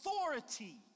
authority